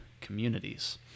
communities